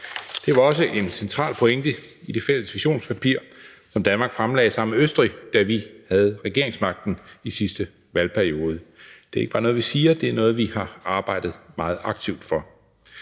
Det var også en central pointe i det fælles visionspapir, som Danmark fremlagde sammen med Østrig, da vi havde regeringsmagten i sidste valgperiode. Det er ikke bare noget, vi siger, men det er noget, vi har arbejdet meget aktivt for.